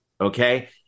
Okay